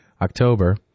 October